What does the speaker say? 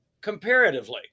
comparatively